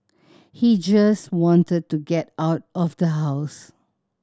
he just wanted to get out of the house